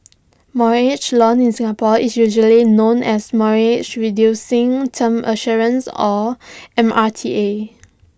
mortgage loan in Singapore is usually known as mortgage reducing term assurance or M R T A